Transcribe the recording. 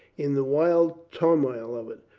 in the wild turmoil of it,